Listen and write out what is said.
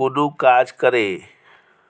कुनु काज करे